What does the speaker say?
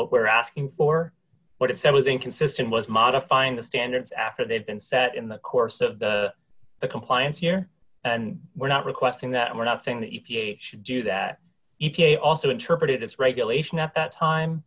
what we're asking for what it said was inconsistent was modifying the standards after they've been set in the course of the compliance year and we're not requesting that we're not saying that if you do that e p a also interpret it as regulation at that time